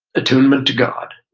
atonement to god.